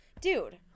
dude